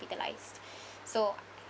so